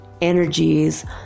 energies